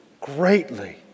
greatly